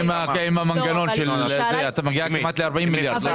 עם המנגנון, את מגיעה כמעט ל-40 מיליארד.